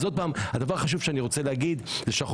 אז הדבר החשוב שאני רוצה להגיד זה שאנחנו